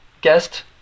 guest